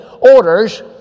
orders